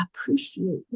appreciate